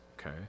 okay